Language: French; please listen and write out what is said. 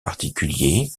particulier